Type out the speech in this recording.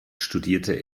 studierte